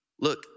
Look